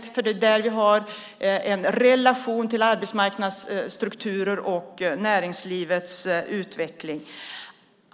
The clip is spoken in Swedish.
Det är där vi har en relation till arbetsmarknadsstrukturer och näringslivets utveckling.